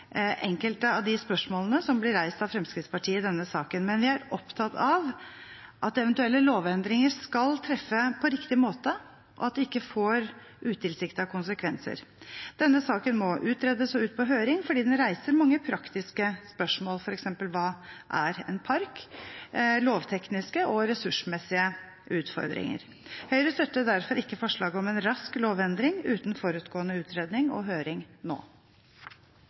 enkelte av de spørsmålene som blir reist av Fremskrittspartiet i denne saken, men vi er opptatt av at eventuelle lovendringer skal treffe på riktig måte, og at de ikke får utilsiktede konsekvenser. Denne saken må utredes og ut på høring fordi den reiser mange praktiske spørsmål – f.eks. om hva en park er – og lovtekniske og ressursmessige utfordringer. Høyre støtter derfor ikke forslaget om en rask lovendring uten forutgående utredning og høring nå.